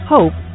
Hope